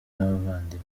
n’abavandimwe